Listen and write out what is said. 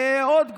עוד קבוצות,